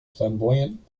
flamboyant